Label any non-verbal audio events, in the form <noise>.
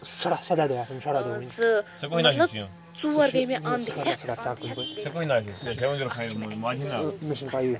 <unintelligible> ٲں زٕ مطلب ژور گٔے مےٚ انٛد ہیٚتھ انٛد ہیٚتھ گٔے مےٚ <unintelligible>